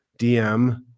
DM